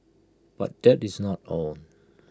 but that is not all